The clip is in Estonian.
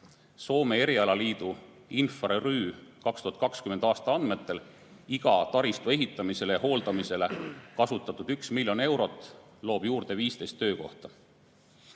Soome erialaliidu INFRA ry 2020. aasta andmetel loob iga taristu ehitamisele või hooldamisele kasutatud 1 miljon eurot juurde 15 töökohta.